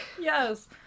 Yes